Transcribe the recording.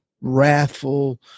wrathful